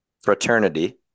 Fraternity